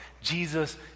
Jesus